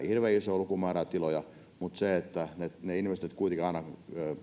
hirveän iso lukumäärä tiloja vaikka jaksotetaan pidempäänkin mutta ne investoinnit kuitenkin aina